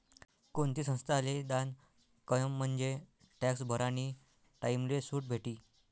कोणती संस्थाले दान कयं म्हंजे टॅक्स भरानी टाईमले सुट भेटी